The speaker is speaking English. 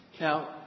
Now